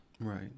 Right